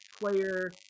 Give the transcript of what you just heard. player